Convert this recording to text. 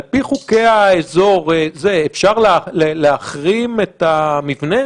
על פי חוקי האזור אפשר להחרים את המבנה